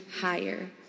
higher